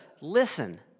listen